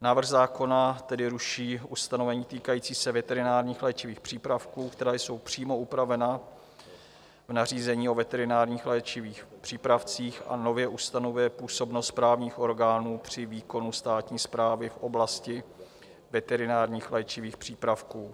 Návrh zákona tedy ruší ustanovení týkající se veterinárních léčivých přípravků, která jsou přímo upravena v nařízení o veterinárních léčivých přípravcích, a nově ustanovuje působnost právních orgánů při výkonu státní správy v oblasti veterinárních léčivých přípravků.